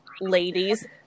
ladies